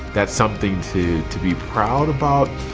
that's something to to be proud about,